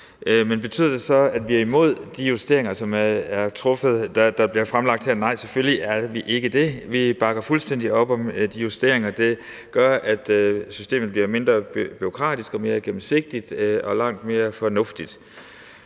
Men betyder det så, at vi er imod de justeringer, der bliver fremlagt her? Nej, selvfølgelig er vi ikke det. Vi bakker fuldstændig op om de justeringer. De gør, at systemet bliver mindre bureaukratisk og mere gennemsigtigt og langt mere fornuftigt.